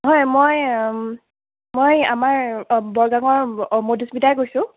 হয় মই মই আমাৰ বৰগাংৰ মধুস্মিতাই কৈছোঁ